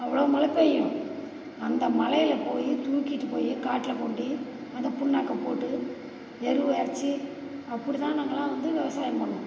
அவ்வளோ மழை பெய்யும் அந்த மழையில போய் தூக்கிட்டு போய் காட்டில் கொண்டி அந்த புண்ணாக்க போட்டு எருவை எரிச்சி அப்படிதான் நாங்கெல்லாம் வந்து விவசாயம் பண்ணிணோம்